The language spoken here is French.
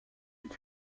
est